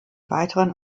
weiteren